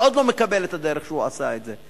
מאוד לא מקבל את הדרך שבה הוא עשה את זה.